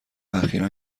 اخیرا